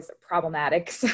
problematic